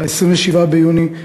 27 ביוני,